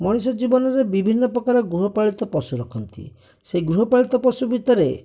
ମଣିଷ ଜୀବନରେ ବିଭିନ୍ନ ପ୍ରକାର ଗୃହପାଳିତ ପଶୁ ରଖନ୍ତି ସେ ଗୃହପାଳିତ ପଶୁ ଭିତରେ